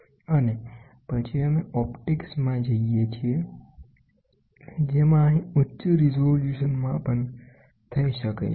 અને પછી અમે ઓપ્ટિક્સ માં જઈએ છીએ જેમાંઅહીં ઉચ્ચ રીઝોલ્યુશન માપન થઈ શકે છે